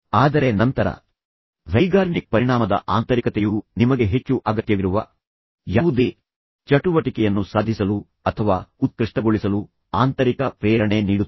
ಆದರೆ ನಂತರ ಝೈಗಾರ್ನಿಕ್ ಪರಿಣಾಮದ ಆಂತರಿಕತೆಯು ನಿಮಗೆ ಹೆಚ್ಚು ಅಗತ್ಯವಿರುವ ಯಾವುದೇ ಚಟುವಟಿಕೆಯನ್ನು ಸಾಧಿಸಲು ಅಥವಾ ಉತ್ಕೃಷ್ಟಗೊಳಿಸಲು ಆಂತರಿಕ ಪ್ರೇರಣೆ ನೀಡುತ್ತದೆ